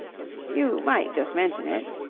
you might just mention it.